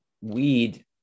weed